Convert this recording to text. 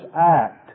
act